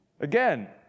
Again